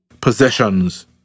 possessions